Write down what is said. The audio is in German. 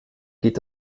geht